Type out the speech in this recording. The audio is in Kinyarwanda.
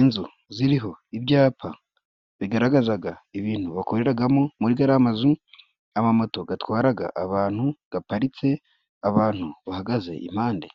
Inzu ziriho ibyapa bigaragazaga ibintu bakoreragamo muri gariya mazu, amamoto gatwaraga abantu gaparitse, abantu bahagaze impande